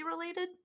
related